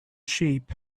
sheep